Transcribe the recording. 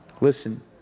Listen